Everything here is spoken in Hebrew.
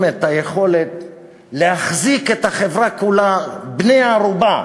את היכולת להחזיק את החברה כולה בני-ערובה,